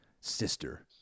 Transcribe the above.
sister